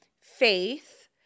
faith